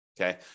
Okay